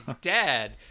dad